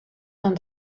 dans